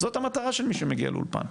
זאת המטרה של מי שמגיע לאולפן.